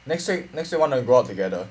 next week next week want to go out together